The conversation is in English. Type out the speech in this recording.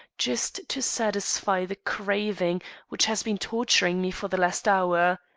just to satisfy the craving which has been torturing me for the last hour.